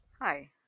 Hi